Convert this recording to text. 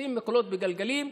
לשים מקלות בגלגלים,